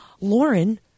Lauren